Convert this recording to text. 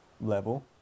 level